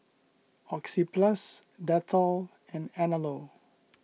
Oxyplus Dettol and Anello